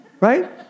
Right